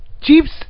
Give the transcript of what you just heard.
Jeeps